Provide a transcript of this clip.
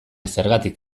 zergatik